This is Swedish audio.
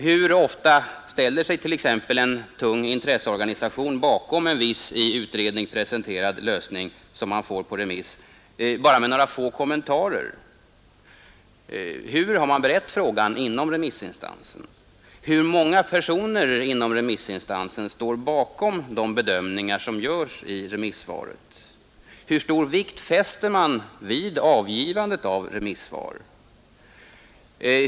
Hur ofta ställer sig t.ex. en tung intresseorganisation med bara några få kommentarer bakom en viss i utredning presenterad lösning som man får på remiss? Hur har man berett frågan inom remissinstansen? Hur många personer inom remissinstansen står bakom de bedömningar som görs i remissvaret? Hur stor vikt fäster man vid avgivandet av remissvar?